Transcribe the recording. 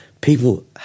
People